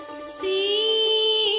see